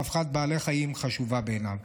ורווחת בעלי חיים חשובה בעיניו.